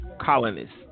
colonists